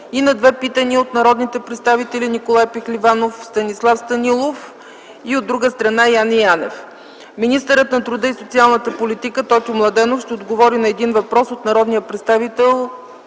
и на две питания от народните представители Николай Пехливанов, Станислав Станилов и от Яне Янев. Министърът на труда и социалната политика Тотю Младенов ще отговори на един въпрос от народния представител